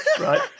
Right